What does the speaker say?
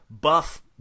buff